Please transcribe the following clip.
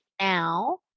now